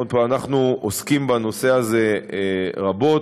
אנחנו עוסקים בנושא הזה רבות,